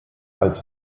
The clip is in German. als